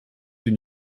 une